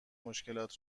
مشکلات